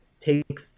take